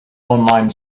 online